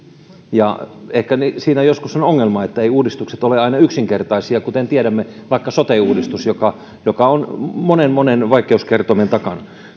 ja ehkä siinä on joskus ongelma että eivät uudistukset ole aina yksinkertaisia kuten tiedämme vaikka sote uudistus joka joka on monen monen vaikeuskertoimen takana